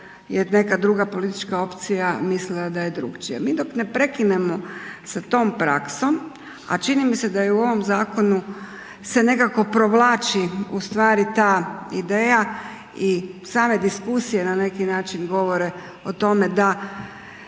neka druga politička opcija mislila da je drukčije. Mi dok ne prekinemo sa tom praksom, a čini mi se da i u ovom zakonu se nekako provlači u stvari ta ideja i same diskusije na neki način govore o tome da